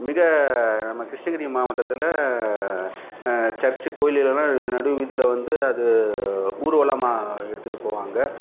மிக நம்ம கிருஷ்ணகிரி மாவட்டத்தில் சர்ச் கோயில் இல்லைனா நடு வீதியில் வந்து அது ஊர்வலமாக எடுத்துட்டு போவாங்க